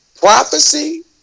Prophecy